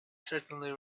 certainly